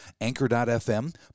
Anchor.fm